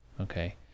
Okay